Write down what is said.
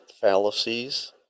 fallacies